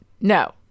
no